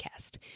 podcast